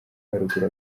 haruguru